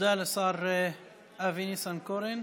תודה לשר אבי ניסנקורן.